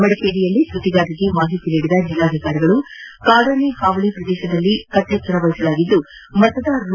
ಮಡಿಕೇರಿಯಲ್ಲಿ ಸುದ್ದಿಗಾರರಿಗೆ ಮಾಹಿತಿ ನೀಡಿದ ಜಿಲ್ಲಾಧಿಕಾರಿಗಳು ಕಾಡಾನೆ ಹಾವಳಿ ಪ್ರದೇಶದಲ್ಲಿ ಕಟ್ಟೆಚ್ಚರ ವಹಿಸಲಾಗಿದ್ದು ಮತದಾರರು